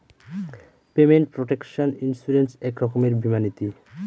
payment protection insurance এক রকমের বীমা নীতি